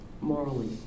Morally